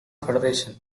federation